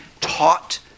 taught